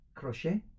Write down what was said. Crochet